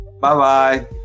Bye-bye